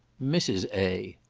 mrs. a.